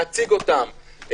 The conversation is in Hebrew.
להציג אותם,